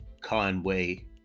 conway